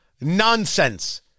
nonsense